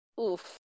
Oof